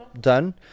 done